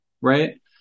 right